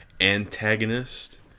antagonist